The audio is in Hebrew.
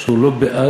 שהוא לא בעד